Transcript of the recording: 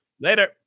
Later